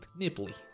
nipply